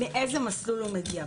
מאיזה מסלול הוא מגיע.